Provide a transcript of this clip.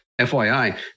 FYI